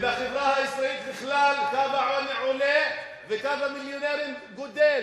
ובחברה הישראלית בכלל קו העוני עולה וקו המיליונרים גדל.